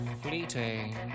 fleeting